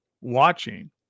watching